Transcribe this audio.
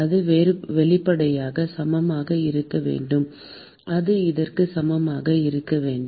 அது வெளிப்படையாக சமமாக இருக்க வேண்டும் அது எதற்கு சமமாக இருக்க வேண்டும்